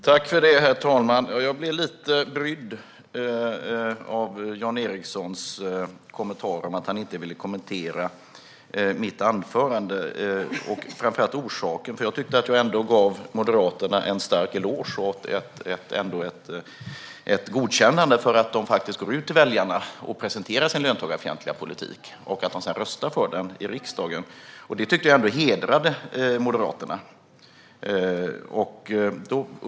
Herr talman! Jag blev lite brydd när Jan Ericson sa att han inte ville kommentera mitt anförande. Framför allt gäller det orsaken, för jag gav ju Moderaterna en eloge och ett erkännande för att de faktiskt presenterar sin löntagarfientliga politik för väljarna och sedan röstar på den i riksdagen. Det hedrar ändå Moderaterna.